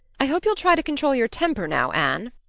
i hope you'll try to control your temper now, anne.